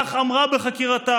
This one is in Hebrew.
כך אמרה בחקירתה?